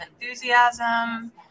enthusiasm